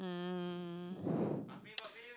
um